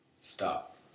Stop